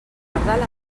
pardal